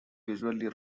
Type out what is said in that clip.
usually